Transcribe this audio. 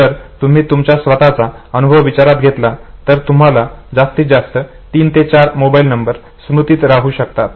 जर तुम्ही तुमचा स्वतःचा अनुभव विचारात घेतला तर तुम्हाला जास्तीत जास्त तीन ते चार मोबाईल नंबर स्मृतीत राहू शकतात